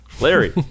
Larry